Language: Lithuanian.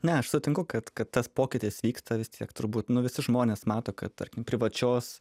ne aš sutinku kad kad tas pokytis vyksta vis tiek turbūt visi žmonės mato kad tarkim privačios